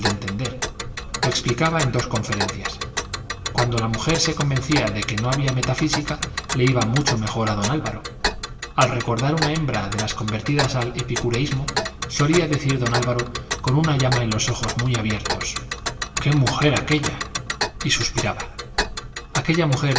entender lo explicaba en dos conferencias cuando la mujer se convencía de que no había metafísica le iba mucho mejor a don álvaro al recordar una hembra de las convertidas al epicureísmo solía decir don álvaro con una llama en los ojos muy abiertos qué mujer aquella y suspiraba aquella mujer